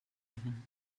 living